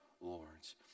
lords